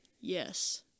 Yes